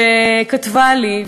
שכתבה לי,